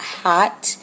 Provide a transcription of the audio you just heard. hot